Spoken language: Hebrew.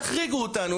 תחריגו אותנו.